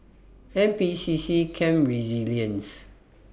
N P C C Camp Resilience